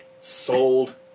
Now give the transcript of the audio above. sold